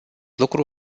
lucru